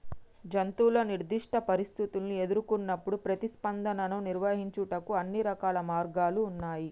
జంతువు నిర్దిష్ట పరిస్థితుల్ని ఎదురుకొన్నప్పుడు ప్రతిస్పందనను నిర్వహించుటకు అన్ని రకాల మార్గాలు ఉన్నాయి